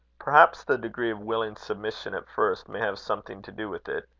perhaps the degree of willing submission at first, may have something to do with it.